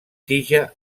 tija